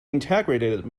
integrated